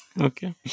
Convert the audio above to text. Okay